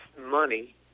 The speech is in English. money